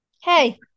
Hey